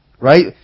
Right